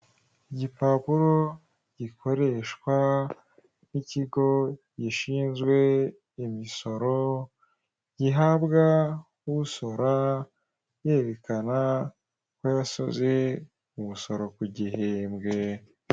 Igipapuro gikoreshwa n'ikigo gishinzwe imisoro, gihabwa usora yerekana ko yasoze umusoro kugihembwe.